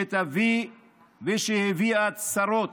שתביא ושהביאה צרות,